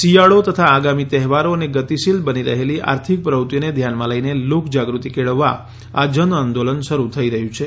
શિયાળો તથા આગામી તહેવારો અને ગતિશીલ બની રહેલી આર્થિક પ્રવૃત્તિઓને ધ્યાનમાં લઈને લોકજાગૃતિ કેળવવા આ જનઆંદોલન શરૂ થઈ રહ્યું છે